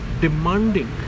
demanding